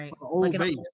right